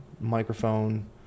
microphone